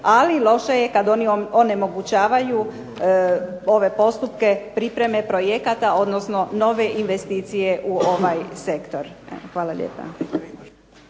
ali loše je kad oni onemogućavaju ove postupke pripreme projekata, odnosno nove investicije u ovaj sektor. Evo, hvala lijepa.